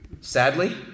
Sadly